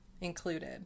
included